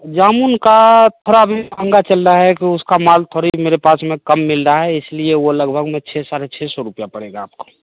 जामुन का थोड़ा अभी महँगा चल रहा है कि उसका माल थोड़ा मेरे पास में कम मिल रहा है इसलिए वो लगभग में छः साढ़े छह सौ रुपये पड़ेगा आपको